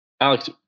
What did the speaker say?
Alex